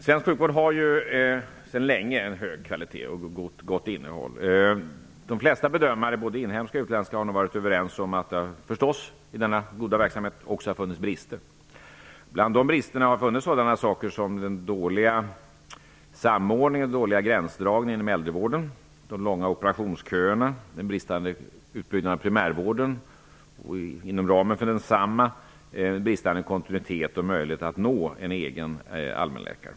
Svensk sjukvård har ju sedan länge hög kvalitet och gott innehåll. De flesta bedömare, både inhemska och utländska, har nog varit överens om att det förstås även i denna goda verksamhet har funnits brister. Dessa brister har bl.a. bestått i den dåliga samordningen och gränsdragningen inom äldrevården, de långa operationsköerna, den bristande utbyggnaden av primärvården och, inom ramen för densamma, den bristande kontinuiteten och möjligheten att nå en egen allmänläkare.